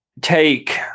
take